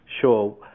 Sure